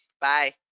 Bye